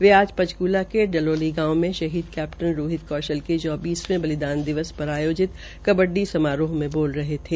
वे आज ंचकूला केा जलौली गांव में शहीद कैप्टन रोहित कौशल के चौबीसवें बलिदान दिवस सर आयोजित कबड़डी समारोह में बोल रहे थे